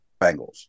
Bengals